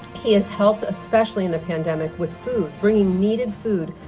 he has helped especially in the pandemic with food, bringing needed food,